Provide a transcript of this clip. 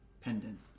pendant